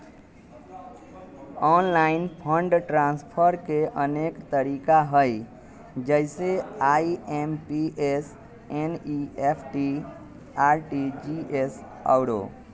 online fund transfer के अनेक तरिका हइ जइसे आइ.एम.पी.एस, एन.ई.एफ.टी, आर.टी.जी.एस आउरो